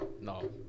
No